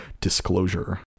disclosure